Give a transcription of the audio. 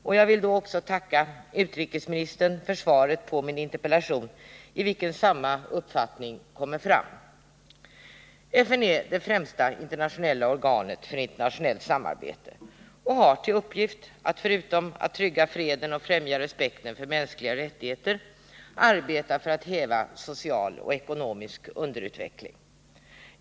Och jag vill också tacka utrikesministern för svaret på min interpellation, i vilket samma uppfattning kommer fram. FN är det främsta internationella organet för internationellt samarbete och har till uppgift, förutom att trygga freden och främja respekten för mänskliga rättigheter, att arbeta för att häva social och ekonomisk underutveckling.